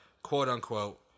quote-unquote